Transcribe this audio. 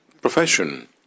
profession